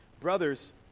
Brothers